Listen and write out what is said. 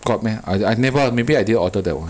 got meh I I never maybe I didn't order that one